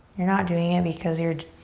you're not doing it because you're